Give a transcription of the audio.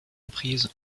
reprises